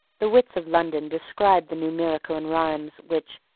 the wits of london described the new miracle in rhymes which,